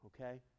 okay